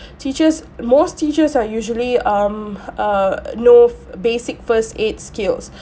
teachers most teachers are usually um err know f~ basic first aid skills